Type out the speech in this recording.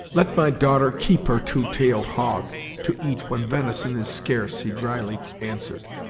let my daughter keep her two-tailed hog to eat when venison is scarce, he drily answered,